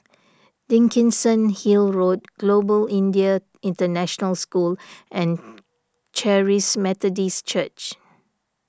Dickenson Hill Road Global Indian International School and Charis Methodist Church